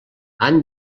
han